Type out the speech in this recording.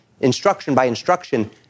instruction-by-instruction